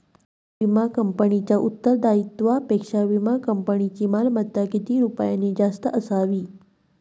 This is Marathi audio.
विमा कंपनीच्या उत्तरदायित्वापेक्षा विमा कंपनीची मालमत्ता किती रुपयांनी जास्त असावी?